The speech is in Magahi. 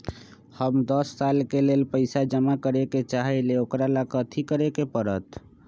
हम दस साल के लेल पैसा जमा करे के चाहईले, ओकरा ला कथि करे के परत?